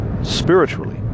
spiritually